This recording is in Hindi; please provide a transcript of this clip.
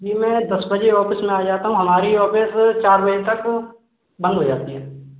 जी मैं दस बजे ऑफ़िस में आ जाता हूँ हमारी ऑफ़िस चार बजे तक बंद हो जाती है